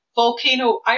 volcano